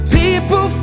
people